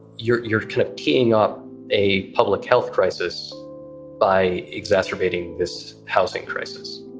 you're you're kind of teeing up a public health crisis by exacerbating this housing crisis,